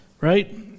right